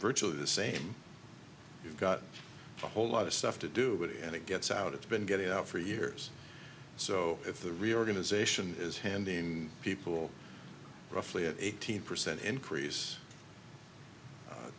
virtually the same you've got a whole lot of stuff to do with it and it gets out it's been getting out for years so if the reorganization is handing people roughly eighteen percent increase